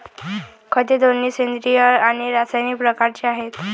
खते दोन्ही सेंद्रिय आणि रासायनिक प्रकारचे आहेत